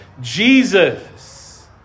Jesus